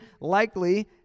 likely